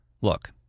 Look